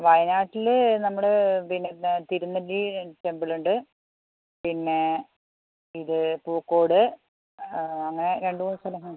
വയനാട്ടിൽ നമ്മൾ പിന്നെ എന്താ തിരുനെല്ലി ടെമ്പിളുണ്ട് പിന്നെ ഇത് പൂക്കോട് അങ്ങനെ രണ്ട് മൂന്ന് സ്ഥലങ്ങൾ